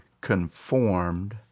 Conformed